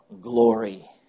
glory